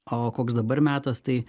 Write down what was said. o koks dabar metas tai